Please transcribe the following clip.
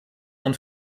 und